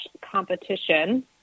competition